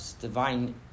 divine